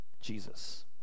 Jesus